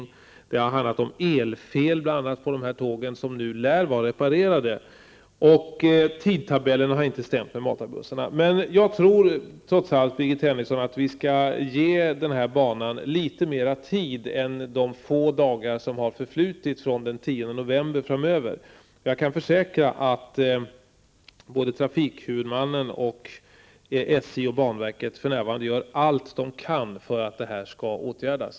Det har också handlat om elfel på dessa tåg. Dessa fel lär nu vara reparerade. Tidtabellen har inte stämt med matarbussarna. Jag tror trots allt, Birgit Henriksson, att vi skall ge den här banan litet mera tid än de få dagar som har förflutit från den 10 november. Jag kan försäkra att trafikhuvudmannen, SJ och banverket för närvarande gör allt de kan för att detta skall åtgärdas.